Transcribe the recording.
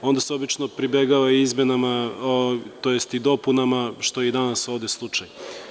Onda se obično pribegava izmena i dopunama što je i danas ovde slučaj.